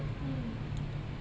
mm